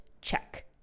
check